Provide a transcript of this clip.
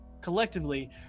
Collectively